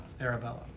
Arabella